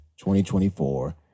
2024